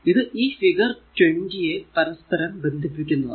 ഇത് ഈ ഫിഗർ 20 യെ പരസ്പരം ബന്ധിപ്പിക്കുന്നതാണ്